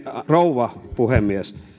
rouva puhemies